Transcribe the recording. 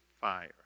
fire